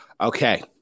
Okay